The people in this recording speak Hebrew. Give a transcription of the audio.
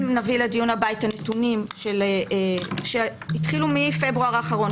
אם נביא לדיון הבא את הנתונים שהתחילו מפברואר האחרון,